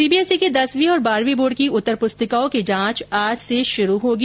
CBSE की दसवीं और बारहवीं बोर्ड की उत्तर पुस्तिकाओं की जांच आज से शुरू होगी